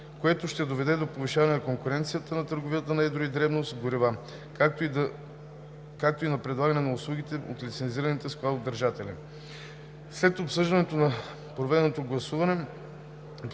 което ще доведе до повишаване на конкуренцията на търговията на едро и дребно с горива, както и на предлагане на услугите от лицензираните складодържатели. След обсъждането и проведеното гласуване: